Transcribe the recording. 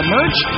Merch